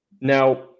now